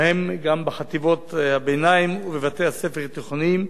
ובהם גם חטיבות-ביניים ובתי-ספר תיכוניים,